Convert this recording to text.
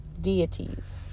deities